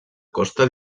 costa